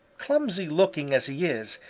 clumsy looking as he is,